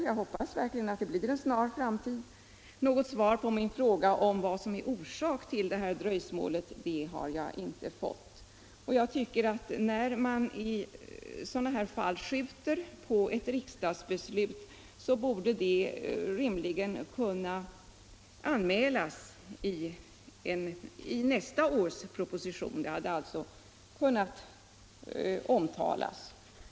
Jag hoppas verkligen att det blir inom en snar framtid. Något svar på min fråga om vad som är orsak till dröjsmålet har jag inte fått. Jag tycker att när man i sådana fall skjuter upp ett riksdagsbeslut så borde det rimligen kunna anmälas i nästa års proposition. Det hade alltså kunnat omtalas.